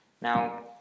now